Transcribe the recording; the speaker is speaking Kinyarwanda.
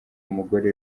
umugore